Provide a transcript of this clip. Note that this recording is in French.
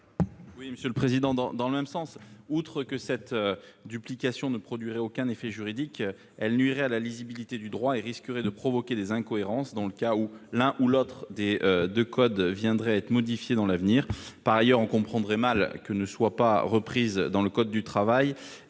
pour présenter l'amendement n° 62. Outre que de telles duplications ne produiraient aucun effet juridique, elles nuiraient à la lisibilité du droit et risqueraient de provoquer des incohérences dans le cas où l'un ou l'autre des deux codes viendrait à être modifié à l'avenir. Par ailleurs, on comprendrait mal que ne soient reprises dans le code du travail